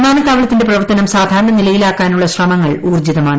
വിമാനത്താവളത്തിന്റെ പ്രവർത്തനം സാധാരണ നിലയിലാക്കാനുള്ള ശ്രമങ്ങൾ ഊർജ്ജിതമാണ്